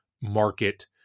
market